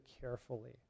carefully